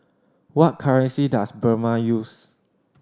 what currency does Burma use